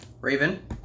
Raven